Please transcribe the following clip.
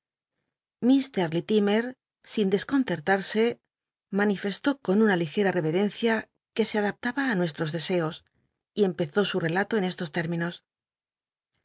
liuimer sin de conccrtarse mani rcsló co n a reverencia que se adaptaba i nuestros tma liger deseos y empezó su relato en estos términos